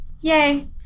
Yay